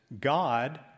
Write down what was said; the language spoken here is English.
God